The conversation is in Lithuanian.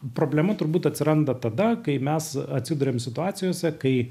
problema turbūt atsiranda tada kai mes atsiduriame situacijose kai